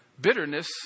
Bitterness